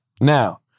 Now